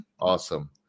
Awesome